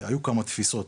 היו כמה תפיסות,